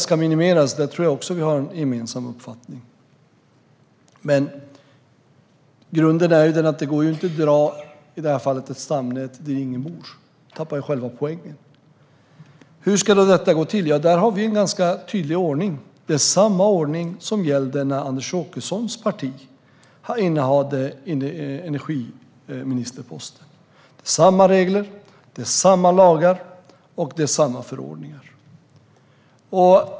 Och vi har säkert också en gemensam uppfattning om att detta ska minimeras. Man kan dock inte dra ett stamnät där ingen bor. Då tappar man själva poängen. Hur ska då detta gå till? Vi har en tydlig ordning, och det är samma ordning som gällde när Anders Åkessons parti innehade energiministerposten. Det är samma regler, lagar och förordningar.